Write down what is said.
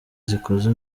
zikoze